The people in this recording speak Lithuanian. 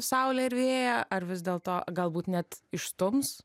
saulę ir vėją ar vis dėlto galbūt net išstums